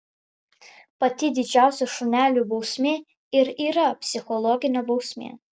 pati didžiausia šuneliui bausmė ir yra psichologinė bausmė